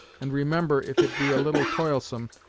and remember if it be a little toilsome,